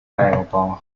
l’aéroport